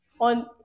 on